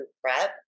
prep